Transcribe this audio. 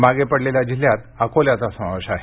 मागे पडलेल्या जिल्ह्यात अकोल्याचा समावेश आहे